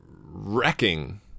Wrecking